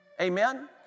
Amen